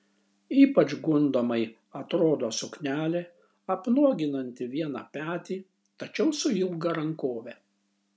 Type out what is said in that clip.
ypač gundomai atrodo suknelė apnuoginanti vieną petį tačiau su ilga rankove